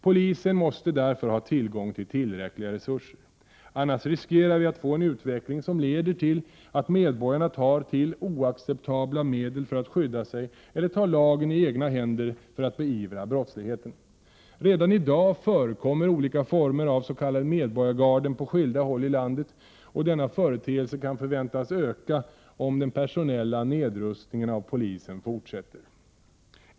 Polisen måste därför ha tillgång till tillräckliga resurser. Annars riskerar vi att få en utveckling som leder till att medborgarna tar till oacceptabla medel för att skydda sig eller tar lagen i egna händer för att beivra brottsligheten. Redan i dag förekommer olika former av s.k. medborgargarden på skilda håll i landet, och denna företeelse kan förväntas öka om den personella nedrustningen av polisen fortsätter.